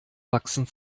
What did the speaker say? wachsen